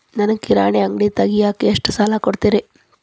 ನನಗ ಕಿರಾಣಿ ಅಂಗಡಿ ತಗಿಯಾಕ್ ಎಷ್ಟ ಸಾಲ ಕೊಡ್ತೇರಿ?